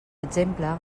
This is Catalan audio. exemple